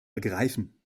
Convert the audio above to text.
ergreifen